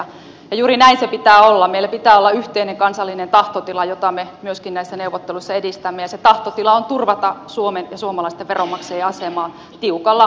ja juuri näin sen pitää olla meillä pitää olla yhteinen kansallinen tahtotila jota me myöskin näissä neuvotteluissa edistämme ja se tahtotila on turvata suomen ja suomalaisten veronmaksajien asemaa mahdollisimman tiukalla linjalla